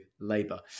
Labour